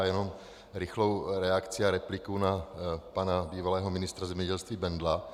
Já jenom rychlou reakci a repliku na pana bývalého ministra zemědělství Bendla.